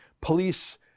police